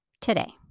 today